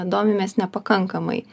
domimės nepakankamai